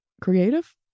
Creative